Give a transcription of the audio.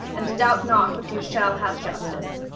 and doubt not but you shall have justice.